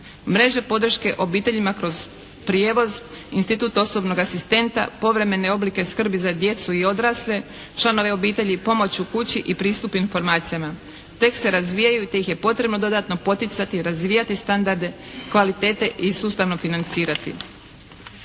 Mreže podrške obiteljima kroz prijevoz, institut osobnog asistenta, povremene oblike skrbi za djecu i odrasle članove obitelji, pomoć u kući i pristup informacijama tek se razvijaju te ih je potrebno dodatno poticati, razvijati standarde kvalitete i sustavno financirati.